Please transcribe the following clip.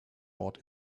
bought